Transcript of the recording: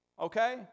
okay